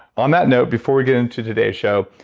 on that note, before we get into today's show,